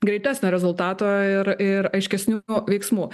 greitesnio rezultato ir ir aiškesnių veiksmų